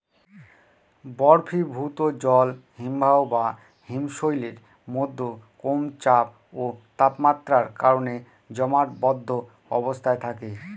বরফীভূত জল হিমবাহ বা হিমশৈলের মধ্যে কম চাপ ও তাপমাত্রার কারণে জমাটবদ্ধ অবস্থায় থাকে